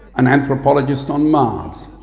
an anthropologist on mars,